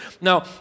Now